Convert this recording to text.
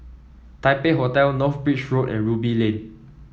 Taipei Hotel North Bridge Road and Ruby Lane